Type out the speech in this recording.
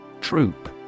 Troop